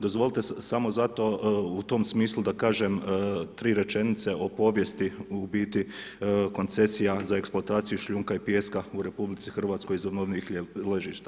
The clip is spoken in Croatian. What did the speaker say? Dozvolite samo zato, u tom smislu da kažem tri rečenice o povijesti, u biti koncesija za eksploataciju šljunka i pijeska u RH iz ... ležišta.